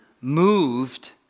moved